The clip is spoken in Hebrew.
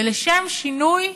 ולשם שינוי,